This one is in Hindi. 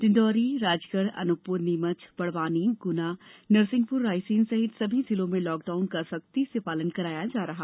डिण्डोरी राजगढ़ अनूपपुर नीमच बढ़वानी गुना नरसिंहपुर रायसेन सहित सभी जिलों में लॉकडाउन का सख्ती से पालन किया जाये